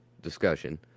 discussion